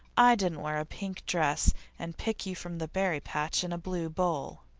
i didn't wear a pink dress and pick you from the berry patch in a blue bowl.